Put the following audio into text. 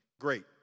great